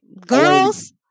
Girls